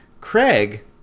Craig